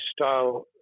style